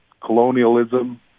colonialism